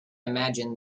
imagine